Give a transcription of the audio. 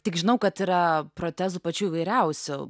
tik žinau kad yra protezų pačių įvairiausių